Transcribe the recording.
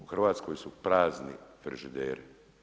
U Hrvatskoj su prazni frižideri.